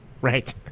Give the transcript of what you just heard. right